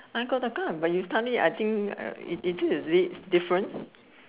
I got the girl but you tell me I think is it is it different